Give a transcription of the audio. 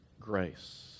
grace